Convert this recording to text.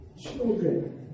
children